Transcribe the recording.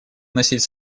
вносить